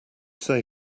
say